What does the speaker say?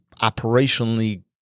operationally